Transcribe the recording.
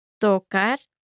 Tocar